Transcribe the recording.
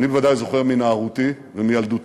אני בוודאי זוכר מנערותי ומילדותי,